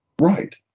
Right